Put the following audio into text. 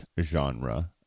genre